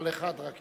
אבל אחד רק הצליח.